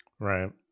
Right